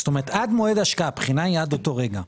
זאת אומרת עד מועד ההשקעה הבחינה היא עד אותו רגע,